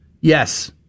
Yes